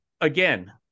again